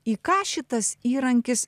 į ką šitas įrankis